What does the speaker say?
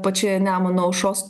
pačioje nemuno aušros